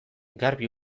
garbi